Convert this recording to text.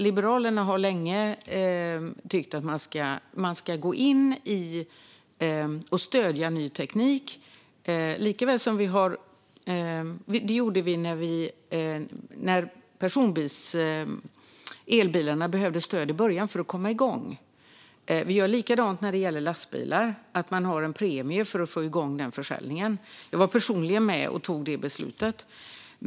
Liberalerna har länge tyckt att man ska stödja ny teknik. Det gjorde vi när elbilarna behövde stöd i början, och vi gör likadant när det gäller lastbilar. Vi har en premie för att få igång den försäljningen. Jag var personligen med och tog det beslutet.